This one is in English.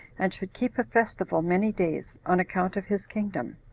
and should keep a festival many days, on account of his kingdom.